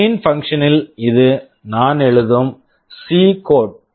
main function main function ல் இது நான் எழுதும் சி C கோட் code